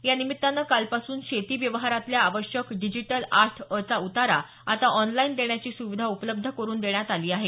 यानिमित्तानं कालपासून शेती व्यवहारातल्या आवश्यक डिजिटल आठ अ चा उतारा आता ऑनलाईन देण्याची सुविधा उपलब्ध करुन देण्यात आली आहे